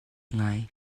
ngai